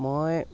মই